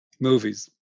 Movies